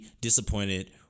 disappointed